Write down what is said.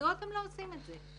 מדוע אתם לא עושים את זה?